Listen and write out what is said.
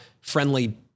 friendly